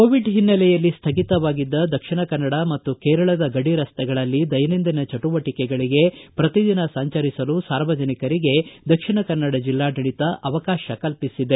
Covid ಓನ್ನೆಲೆಯಲ್ಲಿ ಸ್ವಗಿತವಾಗಿದ್ದ ದಕ್ಷಿಣ ಕನ್ನಡ ಮತ್ತು ಕೇರಳದ ಗಡಿ ರಸ್ತೆಗಳಲ್ಲಿ ದೈನಂದಿನ ಚಟುವಟಿಕೆಗಳಿಗೆ ಪ್ರತಿ ದಿನ ಸಂಚರಿಸಲು ಸಾರ್ವಜನಿಕರಿಗೆ ದಕ್ಷಿಣ ಕನ್ನಡ ಜಿಲ್ಲಾಡಳಿತ ಅವಕಾಶ ಕಲ್ಪಿಸಿದೆ